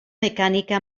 mecànica